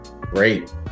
Great